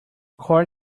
court